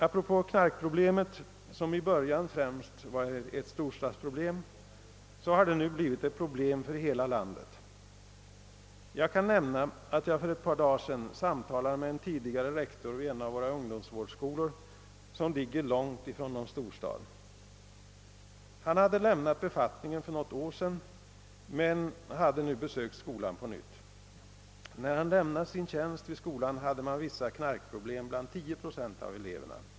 Apropå knarkproblemet, som i bör jan främst var ett storstadsproblem, så har det nu blivit ett problem för hela landet. Jag kan nämna att jag för ett par dagar sedan samtalade med en tidigare rektor vid en av våra ungdomsvårdsskolor, som ligger långt från någon storstad. Han hade lämnat befattningen för något år sedan men hade nu besökt skolan på nytt. När han lämnade sin tjänst vid skolan hade man vissa knarkproblem bland 10 procent av eleverna.